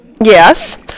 Yes